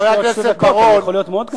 ייתנו עוד עשר דקות, אני יכול להיות מאוד קנטרני.